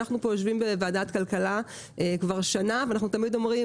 אנחנו יושבים בוועדת הכלכלה כבר שנים ותמיד אומרים: